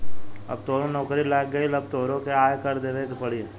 अब तोहरो नौकरी लाग गइल अब तोहरो के आय कर देबे के पड़ी